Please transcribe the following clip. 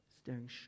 staring